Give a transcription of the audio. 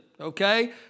okay